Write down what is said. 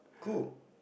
cool